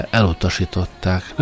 elutasították